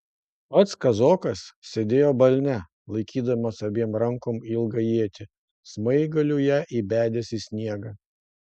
pats kazokas sėdėjo balne laikydamas abiem rankom ilgą ietį smaigaliu ją įbedęs į sniegą